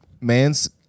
Man's